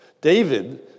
David